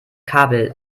kabel